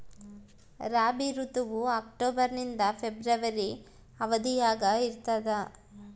ರಾಬಿ ಋತುವು ಅಕ್ಟೋಬರ್ ನಿಂದ ಫೆಬ್ರವರಿ ಅವಧಿಯಾಗ ಇರ್ತದ